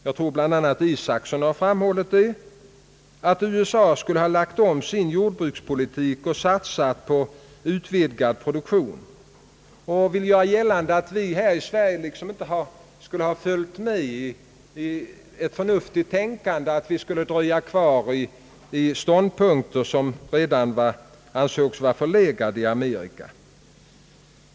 Jag tror att bl.a. herr Isacson här har framhållit, att USA skulle ha lagt om sin jordbrukspolitik och nu satsar på en utvidgad produktion. Han ville göra gällande att vi här i Sverige inte skulle ha följt med i ett förnuftigt tänkande, att vi skulle dröja kvar i ståndpunkter som redan anses vara förlegade i Amerika.